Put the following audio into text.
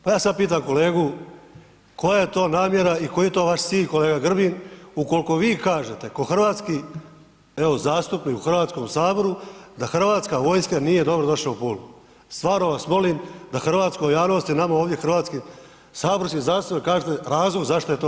Pa ja sad pitam kolegu koja je to namjera i koji je to vaš cilj kolega Grbin ukolko vi kažete ko hrvatski, evo zastupnik u HS da Hrvatska vojska nije dobro došla u Pulu, stvarno vas molim da hrvatskoj javnosti i nama ovdje hrvatskim saborskim zastupnicima kažete razlog zašto je to tako.